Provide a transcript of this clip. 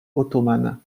ottomane